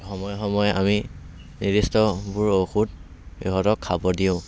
সময়ে সময়ে আমি নিৰ্দিষ্টবোৰ ঔষধ সিহঁতক খাব দিওঁ